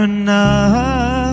enough